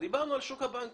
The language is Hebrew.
ודיברנו על שוק הבנקים.